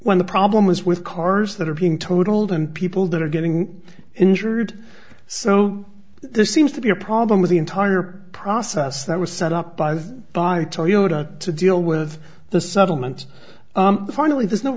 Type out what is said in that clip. when the problem is with cars that are being totaled and people that are getting injured so there seems to be a problem with the entire process that was set up by the by toyota to deal with the subtle meant finally there's no